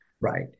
Right